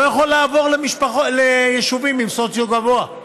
לא יכולה לעבור ליישובים בסוציו גבוה.